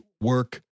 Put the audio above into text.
work